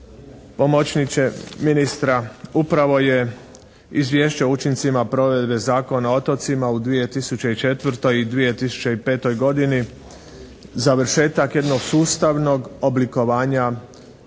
pomoćniče ministra. Upravo je izvješće o učincima provedbe Zakona o otocima u 2004. i 2005. godini završetak jednog sustavnog oblikovanja,